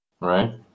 Right